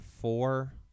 four